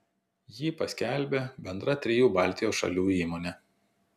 jį paskelbė bendra trijų baltijos šalių įmonė